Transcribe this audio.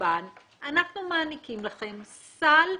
השב"ן אנחנו מעניקים לכן סל,